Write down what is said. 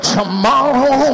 Tomorrow